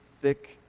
thick